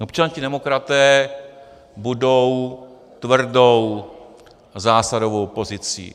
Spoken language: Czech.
Občanští demokraté budou tvrdou a zásadovou opozicí.